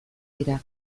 dira